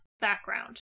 background